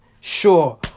sure